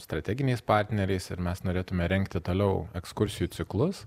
strateginiais partneriais ir mes norėtume rengti toliau ekskursijų ciklus